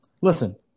listen